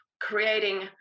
creating